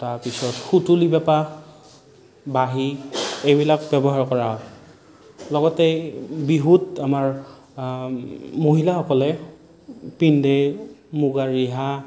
তাৰপিছত সুতুলি পেঁপা বাঁহী এইবিলাক ব্যৱহাৰ কৰা হয় লগতেই বিহুত আমাৰ মহিলাসকলে পিন্ধে মূগা ৰিহা